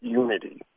unity